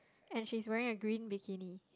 and she's wearing a green bikini